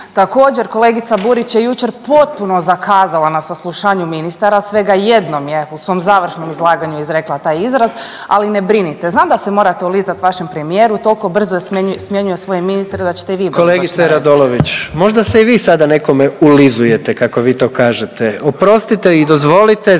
Također kolegica Burić je jučer potpuno zakazala na saslušanju ministara, svega jednom je u svom završnom izlaganju izrekla taj izraz. Ali ne brinite. Znam da se morate ulizat vašem premijeru, toliko brzo je smijenio svoje ministre da ćete i vi brzo doći na red. **Jandroković, Gordan (HDZ)** Kolegica Radolović možda se i vi sada nekome ulizujete kako vi to kažete. Oprostite i dozvolite